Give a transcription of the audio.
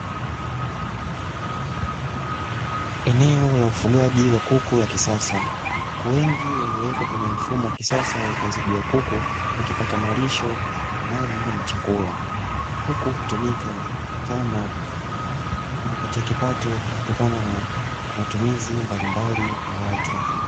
Eneo la ufugaji wa kuku la kisasa. Kuku wengi waliowekwa kwenye mfumo wa kisasa wa utunzaji wa kuku, wakipata malisho na maji na chakula. Kuku hutumika kama kujipatia kipato kutokana na matumizi mbalimbali ya watu.